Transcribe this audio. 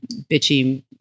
bitchy